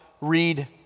read